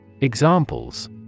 Examples